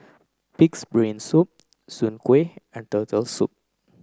pig's brain soup soon kueh and turtle soup